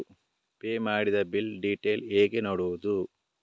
Pay ಮಾಡಿದ bill detail ಹೇಗೆ ನೋಡುವುದು?